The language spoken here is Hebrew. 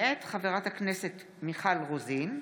מאת חברת הכנסת מיכל רוזין,